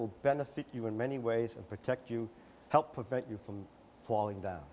will benefit you in many ways and protect you help prevent you from falling down